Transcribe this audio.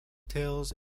tales